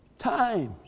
times